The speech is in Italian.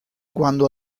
quando